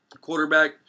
quarterback